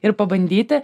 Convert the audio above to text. ir pabandyti